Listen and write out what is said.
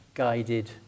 guided